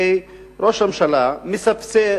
ראש הממשלה מספסר,